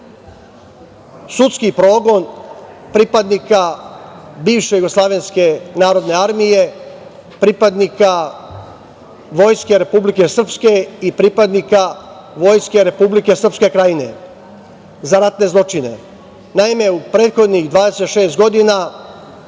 sudski progon pripadnika bivše JNA, pripadnika Vojske Republike Srpske i pripadnika Vojske Republike Srpske Krajine za ratne zločine. Naime, u prethodnih 26 godina